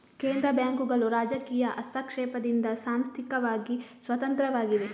ಕೇಂದ್ರ ಬ್ಯಾಂಕುಗಳು ರಾಜಕೀಯ ಹಸ್ತಕ್ಷೇಪದಿಂದ ಸಾಂಸ್ಥಿಕವಾಗಿ ಸ್ವತಂತ್ರವಾಗಿವೆ